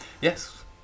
Yes